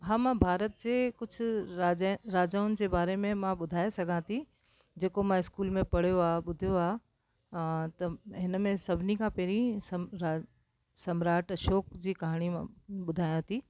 हा मां भारत जे कुझु राज राजाउनि जे बारे में मां ॿुधाए सघां थी जेको मां स्कूल में पढ़ियो आहे ॿुधियो आहे त हिनमें सभिनी खां पहिरियों समराज समराट अशोक जी कहाणी मां ॿुधायां थी